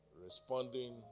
responding